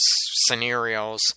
scenarios